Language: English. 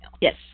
Yes